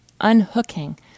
unhooking